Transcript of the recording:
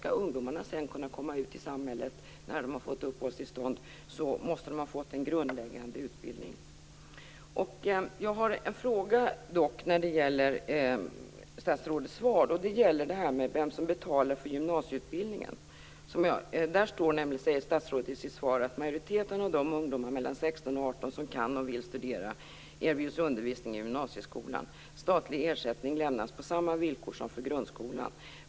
Skall ungdomarna kunna komma ut i samhället när de har fått uppehållstillstånd måste de ha fått en grundläggande utbildning. Jag har dock en fråga när det gäller statsrådets svar. Det gäller vem som betalar för gymnasieutbildningen. I sitt svar säger nämligen statsrådet att majoriteten av de ungdomar mellan 16 och 18 år som kan och vill studera erbjuds undervisning i gymnasieskola. Statlig ersättning lämnas på samma villkor som för grundskolan.